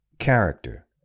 Character